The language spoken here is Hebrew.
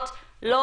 דבר אחרון.